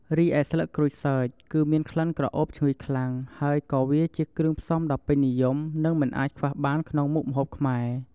រីឯស្លឹកក្រូចសើច គឺមានក្លិនក្រអូបឈ្ងុយខ្លាំង ហើយក៏វាជាគ្រឿងផ្សំដ៏ពេញនិយម និងមិនអាចខ្វះបានក្នុងមុខម្ហូបខ្មែរ។